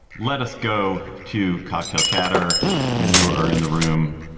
let us go to cocktail chatter when you are in the room.